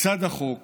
לצד החוק